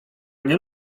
nie